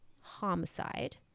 homicide